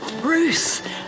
Bruce